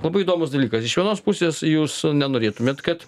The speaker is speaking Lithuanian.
labai įdomus dalykas iš vienos pusės jūs nenorėtumėt kad